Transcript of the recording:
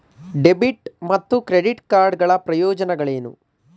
Debit ಮತ್ತು credit card ಗಳ ಪ್ರಯೋಜನಗಳೇನು?